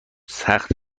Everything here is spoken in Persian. سخت